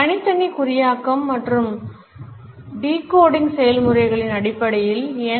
தனித்தனி குறியாக்கம் மற்றும் டிகோடிங் செயல்முறைகளின் அடிப்படையில் என்